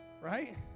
Right